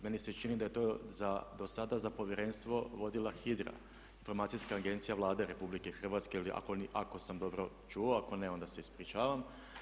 Meni se čini da je to dosada za povjerenstvo vodila Hidra, informacijska agencija Vlade RH ako sam dobro čuo, ako ne onda se ispričavam.